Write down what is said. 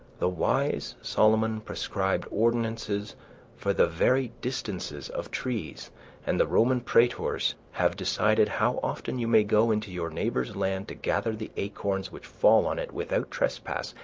the wise solomon prescribed ordinances for the very distances of trees and the roman praetors have decided how often you may go into your neighbor's land to gather the acorns which fall on it without trespass,